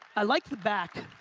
i like the back.